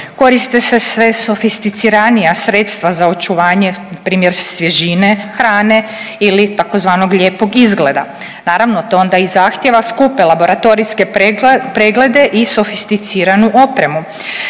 Koriste se sve sofisticiranija sredstva za očuvanje primjer svježine hrane ili tzv. lijepog izgleda. Naravno to onda i zahtjeva skupe laboratorijske preglede i sofisticiranu opremu.